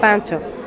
ପାଞ୍ଚ